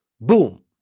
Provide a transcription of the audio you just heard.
Boom